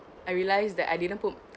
I realised that I didn't put